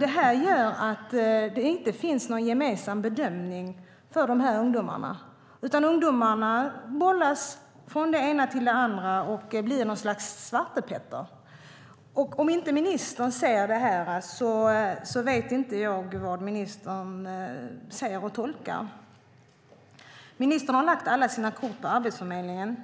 Det gör att det inte finns någon gemensam bedömning för dessa ungdomar. Ungdomarna bollas från det ena till det andra och blir något slags svartepetter. Om inte ministern ser det vet inte jag vad ministern ser och tolkar. Ministern har lagt alla sina kort på Arbetsförmedlingen,